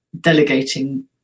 delegating